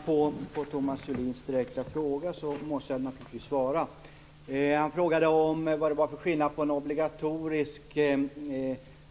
Herr talman! Jag måste naturligtvis svara på Thomas Julins direkta fråga. Han frågade om vad det var för skillnad på en